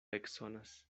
eksonas